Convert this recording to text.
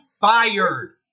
fired